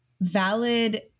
valid